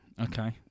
Okay